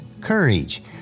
courage